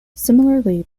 similarly